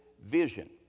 vision